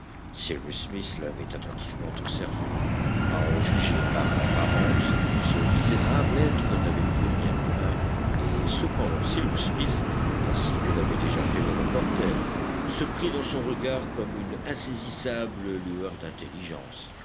cyrus smith l'avait attentivement observé à en juger par l'apparence ce misérable être n'avait plus rien d'humain et cependant cyrus smith ainsi que l'avait déjà fait le reporter surprit dans son regard comme une insaisissable lueur d'intelligence